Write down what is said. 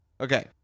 Okay